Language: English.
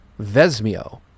Vesmio